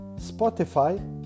Spotify